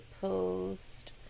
post